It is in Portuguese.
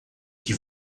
que